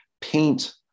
paint